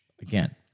again